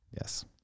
Yes